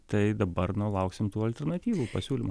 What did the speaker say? tai dabar nu lauksim tų alternatyvų pasiūlymų